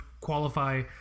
qualify